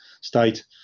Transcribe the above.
state